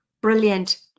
Brilliant